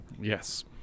Yes